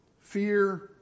Fear